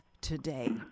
today